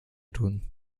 tun